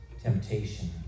Temptation